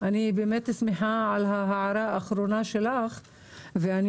אני באמת שמחה על ההערה האחרונה שלך ואני